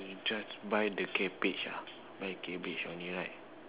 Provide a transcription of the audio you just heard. you just buy the cabbage ah buy cabbage only right